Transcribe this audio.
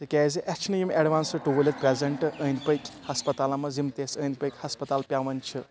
تِکیازِ اَسہِ چھِنہٕ یِم اٮ۪ڈوانسٕڈ ٹوٗل ییٚتہِ پرٛیزَنٛٹ أنٛدۍ پٔکۍ ہسپَتالَن منٛز یِم تہِ اَسہِ أنٛدۍ پٔکۍ ہَسپَتال پٮ۪وان چھِ